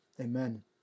Amen